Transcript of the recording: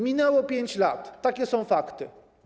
Minęło 5 lat, takie są fakty.